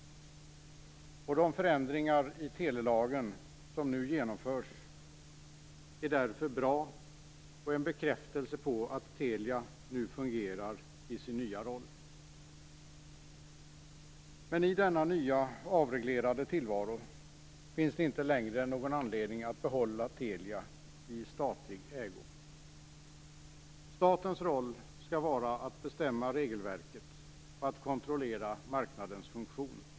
De förändringar av telelagen som nu genomförs är därför bra och en bekräftelse på att Telia nu fungerar i sin nya roll. Men i denna nya avreglerade tillvaro finns det inte längre någon anledning att behålla Telia i statlig ägo. Statens roll skall vara att bestämma regelverket och att kontrollera marknadens funktion.